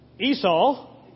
Esau